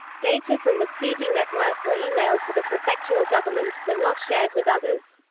data from the speedi network were emailed to the prefectural government, but not shared with others.